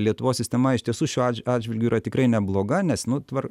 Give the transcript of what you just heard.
lietuvos sistema iš tiesų šiuo atžvilgiu yra tikrai nebloga nes nu tvar